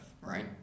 right